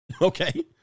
Okay